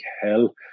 hell